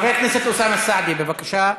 חבר הכנסת אוסאמה סעדי, בבקשה.